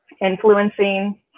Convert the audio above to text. influencing